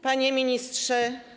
Panie Ministrze!